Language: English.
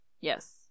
Yes